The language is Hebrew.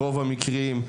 ברוב המקרים,